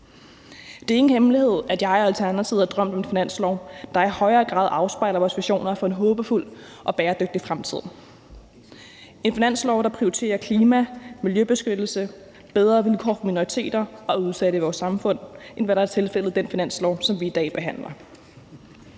Det er ingen hemmelighed, at jeg og Alternativet har drømt om en finanslov, der i højere grad afspejler vores visioner for en håbefuld og bæredygtig fremtid – en finanslov, der prioriterer klima, miljøbeskyttelse og bedre vilkår for minoriteter og udsatte i vores samfund, end hvad der er tilfældet i den finanslov, som vi i dag behandler.